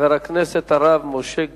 חבר הכנסת הרב משה גפני.